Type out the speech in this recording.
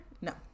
No